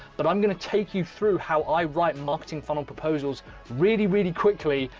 but i'm going to take you through how i write marketing funnel proposals really, really quickly,